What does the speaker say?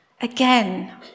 Again